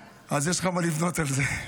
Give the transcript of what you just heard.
אז יש לך מה לבנות על זה.